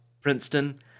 Princeton